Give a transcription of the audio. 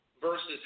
versus